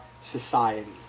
society